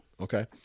Okay